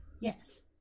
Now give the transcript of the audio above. Yes